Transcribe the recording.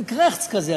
עם קרעכץ כזה,